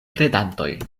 kredantoj